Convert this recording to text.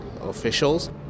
officials